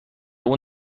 اون